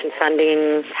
funding